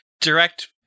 direct